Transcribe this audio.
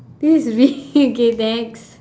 this is really okay next